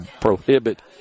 prohibit